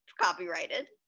copyrighted